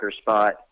spot